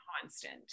constant